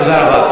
תודה רבה.